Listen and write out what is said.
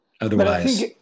Otherwise